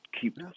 keep